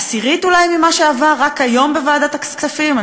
עשירית אולי ממה שעבר רק היום בוועדת הכספים.